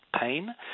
pain